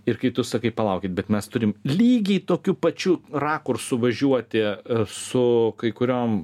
ir kai tu sakai palaukit bet mes turim lygiai tokiu pačiu rakursu važiuoti su kai kuriom